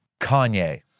Kanye